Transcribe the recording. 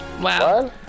Wow